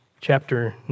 chapter